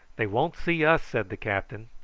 they won't see us, said the captain.